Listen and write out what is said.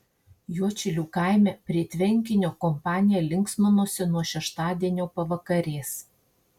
juodšilių kaime prie tvenkinio kompanija linksminosi nuo šeštadienio pavakarės